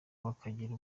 bakagira